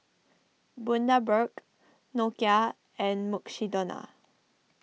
Bundaberg Nokia and Mukshidonna